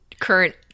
current